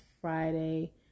Friday